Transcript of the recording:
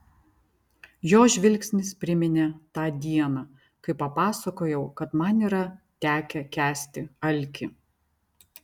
jo žvilgsnis priminė tą dieną kai papasakojau kad man yra tekę kęsti alkį